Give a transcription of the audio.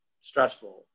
stressful